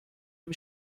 dem